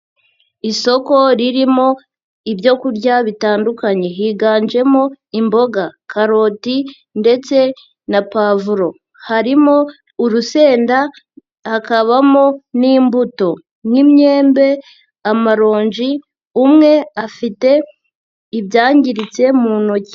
Isoko ririmo ibyo kurya bitandukanye higanjemo imboga, karoti ndetse na pavuro, harimo urusenda, hakabamo n'imbuto nk'imyembe, amaronji, umwe afite ibyangiritse mu ntoki.